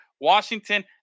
Washington